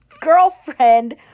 girlfriend